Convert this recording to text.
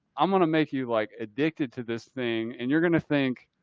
i'm going to make you like addicted to this thing and you're going to think.